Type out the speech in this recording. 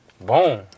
boom